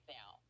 now